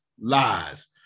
lies